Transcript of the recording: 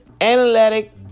analytic